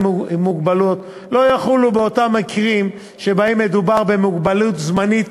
המוגבלות לא יחולו באותם מקרים שבהם מדובר במוגבלות זמנית,